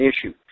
issue